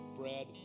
bread